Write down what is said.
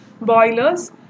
boilers